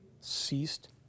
ceased